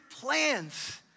plans